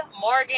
morgan